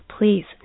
Please